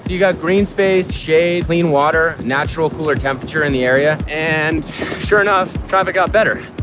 you got green space, shade, clean water, naturally cooler temperature in the area. and sure enough, traffic got better.